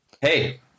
Hey